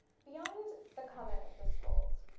beyond the comment of the scrolls,